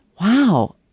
wow